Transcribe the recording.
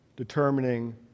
determining